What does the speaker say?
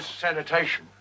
sanitation